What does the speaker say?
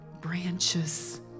branches